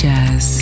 Jazz